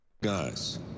Guys